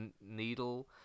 needle